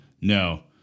No